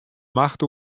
macht